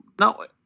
No